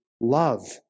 love